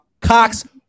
Cox